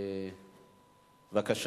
בבקשה.